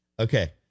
Okay